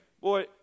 Boy